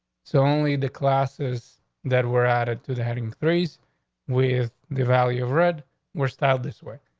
so only the classes that were added to the heading threes with the value of red were styled this way.